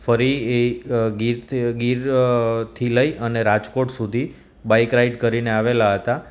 ફરી એ ગીર ગીરથી લઈ અને રાજકોટ સુધી બાઈક રાઈડ કરીને આવેલા હતા